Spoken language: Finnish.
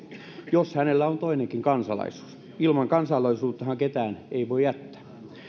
jos hänellä on toinenkin kansalaisuus ilman kansalaisuuttahan ketään ei voi jättää